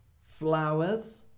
Flowers